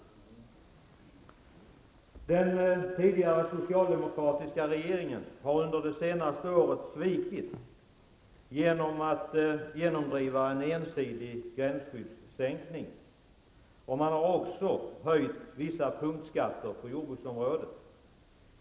Den tidigare socialdemokratiska regeringen har under det senaste året svikit genom att genomdriva en ensidig gränsskyddssänkning. Man har också höjt vissa punktskatter på jordbruksområdet.